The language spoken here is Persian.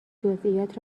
جزییات